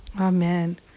Amen